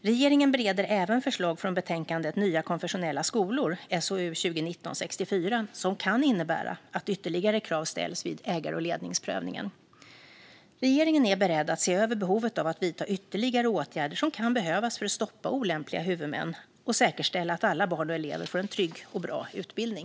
Regeringen bereder även förslag från betänkandet om nya konfessionella skolor som kan innebära att ytterligare krav ställs vid ägar och ledningsprövningen. Regeringen är beredd att se över behovet av att vidta ytterligare åtgärder som kan behövas för att stoppa olämpliga huvudmän och säkerställa att alla barn och elever får en trygg och bra utbildning.